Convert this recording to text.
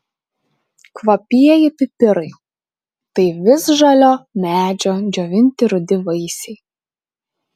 kvapieji pipirai tai visžalio medžio džiovinti rudi vaisiai